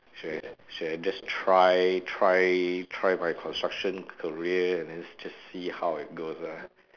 should ha~ should have just try try try my construction career and then just see how it goes lah